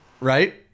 right